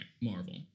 Marvel